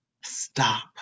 stop